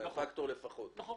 נכון.